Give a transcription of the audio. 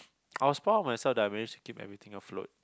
I was proud of myself that I managed to keep everything off load